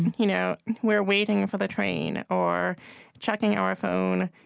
you know we're waiting for the train or checking our phone,